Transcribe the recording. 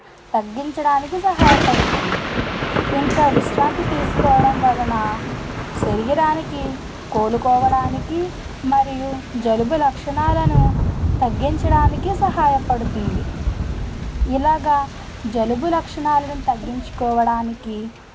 శ్లేష్మాన్ని తగ్గించడానికి సహాయపడుతుంది ఇంకా విశ్రాంతి తీసుకోవడం వలన శరీరానికి కోలుకోవడానికి మరియు జలుబు లక్షణాలను తగ్గించడానికి సహాయపడుతుంది ఇలాగా జలుబు లక్షణాలను తగ్గించుకోవడానికి